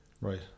right